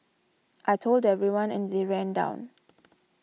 I told everyone and they ran down